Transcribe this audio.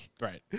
Right